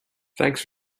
thanks